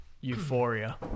euphoria